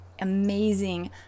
amazing